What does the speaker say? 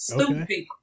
Stupid